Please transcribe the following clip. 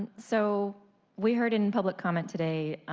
so we heard him public comment today,